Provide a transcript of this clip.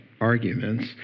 arguments